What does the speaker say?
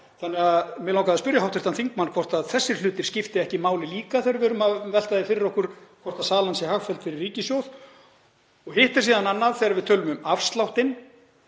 Mig langaði að spyrja hv. þingmann hvort þessir hlutir skipti ekki máli líka þegar við erum að velta því fyrir okkur hvort salan sé hagfelld fyrir ríkissjóð. Hitt er síðan annað þegar við tölum um afsláttinn